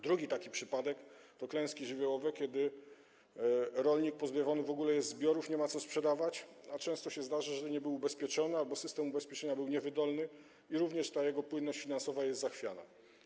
Drugi taki przypadek to klęski żywiołowe, kiedy rolnik pozbawiony w ogóle jest zbiorów i nie ma czego sprzedawać, a często się zdarza, że nie był ubezpieczony albo system ubezpieczenia był niewydolny i jego płynność finansowa jest zachwiana.